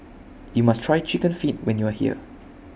YOU must Try Chicken Feet when YOU Are here